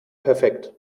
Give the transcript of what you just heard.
perfekt